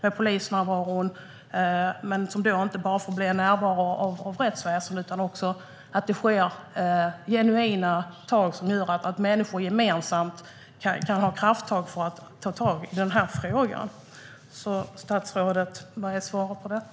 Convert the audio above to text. Men polisnärvaron får inte bara bli närvaro av rättsväsendet. Det måste också tas genuina tag, så att människor kan ta gemensamma krafttag i frågan. Vad är svaret på detta, statsrådet?